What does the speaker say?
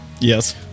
yes